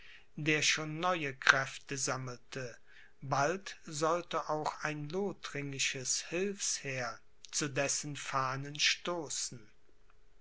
der schon neue kräfte sammelte bald sollte auch ein lothringisches hilfsheer zu dessen fahnen stoßen